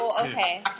Okay